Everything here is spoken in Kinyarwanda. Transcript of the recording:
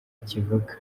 kivuga